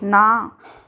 ਨਾ